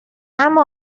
اما